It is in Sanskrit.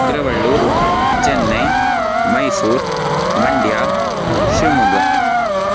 तिरुवळ्ळूर् चेन्नै मैसूर् मण्ड्या शिवमोग्गा